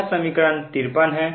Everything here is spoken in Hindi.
यह समीकरण 53 है